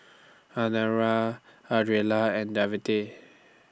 Adriana Ardella and Devante